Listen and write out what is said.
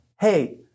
hey